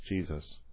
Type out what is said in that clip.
Jesus